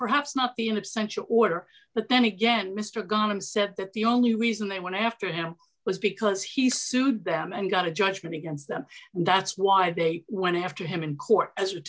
perhaps not in absentia order but then again mr common set that the only reason they went after him was because he sued them and got a judgment against them that's why they went after him in court as